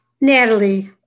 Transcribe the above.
Natalie